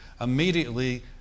immediately